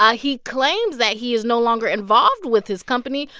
ah he claims that he is no longer involved with his company.